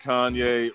Kanye